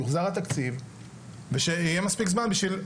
יוחזר התקציב ושיהיה מספיק זמן בשביל,